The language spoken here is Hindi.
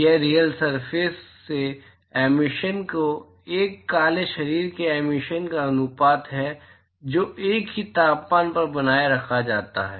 यह रियल सरफेस से एमिशन का एक काले शरीर से एमिशन का अनुपात है जो एक ही तापमान पर बनाए रखा जाता है